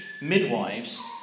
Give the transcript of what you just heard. midwives